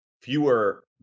fewer